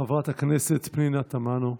חברת הכנסת פנינה תמנו,